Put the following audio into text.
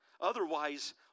Otherwise